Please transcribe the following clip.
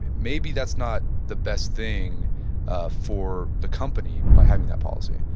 maybe that's not the best thing for the company by having that policy.